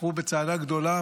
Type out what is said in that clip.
הלכו בצעדה גדולה,